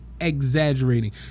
exaggerating